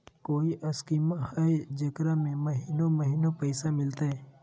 कोइ स्कीमा हय, जेकरा में महीने महीने पैसा मिलते?